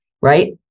right